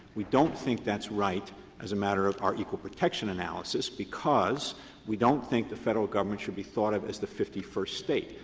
we don't think that's right as a matter of our equal protection analysis because we don't think the federal government should be thought of as the fifty first state.